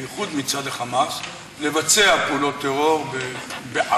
ובייחוד מצד ה"חמאס", לבצע פעולות טרור בערינו,